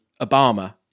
Obama